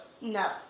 No